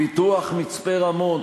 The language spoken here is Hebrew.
פיתוח מצפה-רמון,